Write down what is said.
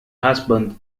husband